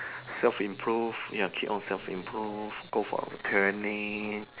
self improve ya keep on self improve go for training